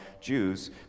Jews